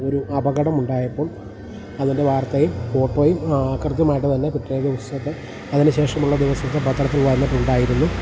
ഒരു അപകടം ഉണ്ടായപ്പോൾ അതിൻ്റെ വാർത്തയും ഫോട്ടോയും കൃത്യമായിട്ട് തന്നെ പിറ്റേ ദിവസത്തെ അതിനു ശേഷമുള്ള ദിവസത്തെ പത്രത്തിൽ വന്നിട്ടുണ്ടായിരുന്നു